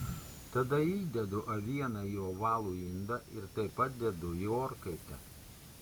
tada įdedu avieną į ovalų indą ir taip pat dedu į orkaitę